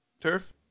Turf